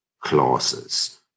clauses